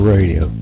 Radio